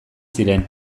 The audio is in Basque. ziren